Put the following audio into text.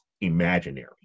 imaginary